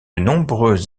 nombreux